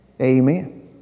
Amen